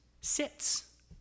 sits